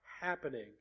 happening